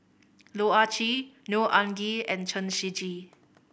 Loh Ah Chee Neo Anngee and Chen Shiji